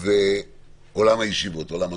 ועולם הישיבות, עולם התורה.